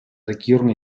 regierung